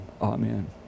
Amen